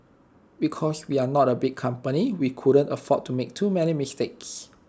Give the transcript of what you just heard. because we are not A big company we couldn't afford to make too many mistakes